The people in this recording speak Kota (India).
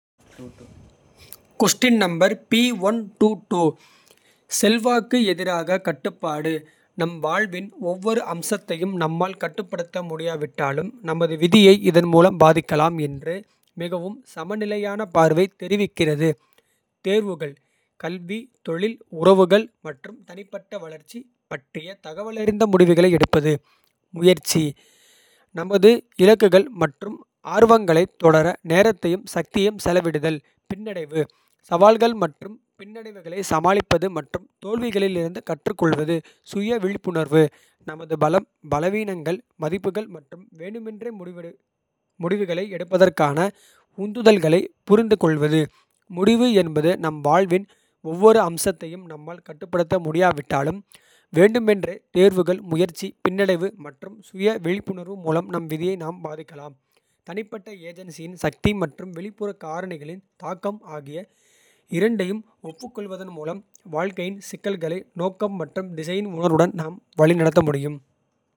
செல்வாக்கு எதிராக கட்டுப்பாடு. நம் வாழ்வின் ஒவ்வொரு அம்சத்தையும் நம்மால். கட்டுப்படுத்த முடியாவிட்டாலும் நமது விதியை. இதன் மூலம் பாதிக்கலாம் என்று மிகவும் சமநிலையான. பார்வை தெரிவிக்கிறது தேர்வுகள் கல்வி. தொழில் உறவுகள் மற்றும் தனிப்பட்ட வளர்ச்சி பற்றிய. தகவலறிந்த முடிவுகளை எடுப்பது முயற்சி. நமது இலக்குகள் மற்றும் ஆர்வங்களைத் தொடர. நேரத்தையும் சக்தியையும் செலவிடுதல். பின்னடைவு சவால்கள் மற்றும் பின்னடைவுகளைச். சமாளிப்பது மற்றும் தோல்விகளில் இருந்து கற்றுக்கொள்வது. சுய விழிப்புணர்வு நமது பலம் பலவீனங்கள். மதிப்புகள் மற்றும் வேண்டுமென்றே முடிவுகளை. எடுப்பதற்கான உந்துதல்களைப் புரிந்துகொள்வது. முடிவு என்பது நம் வாழ்வின் ஒவ்வொரு அம்சத்தையும். நம்மால் கட்டுப்படுத்த முடியாவிட்டாலும் வேண்டுமென்றே. தேர்வுகள் முயற்சி பின்னடைவு மற்றும் சுய விழிப்புணர்வு. மூலம் நம் விதியை நாம் பாதிக்கலாம் தனிப்பட்ட. ஏஜென்சியின் சக்தி மற்றும் வெளிப்புறக் காரணிகளின. தாக்கம் ஆகிய இரண்டையும் ஒப்புக்கொள்வதன் மூலம். வாழ்க்கையின் சிக்கல்களை நோக்கம் மற்றும் திசையின். உணர்வுடன் நாம் வழிநடத்த முடியும்.